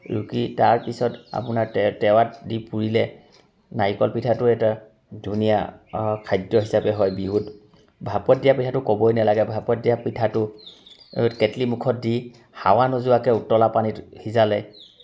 ৰুকি তাৰপিছত আপোনাৰ টে টেৱাত দি পুৰিলে নাৰিকল পিঠাটো এটা ধুনীয়া খাদ্য হিচাপে হয় বিহুত ভাপত দিয়া পিঠাটো ক'বই নালাগে ভাপত দিয়া পিঠাটো কেটলিমুখত দি হাৱা নোযোৱাকৈ উতলা পানীত সিজালে